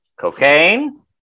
Cocaine